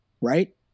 right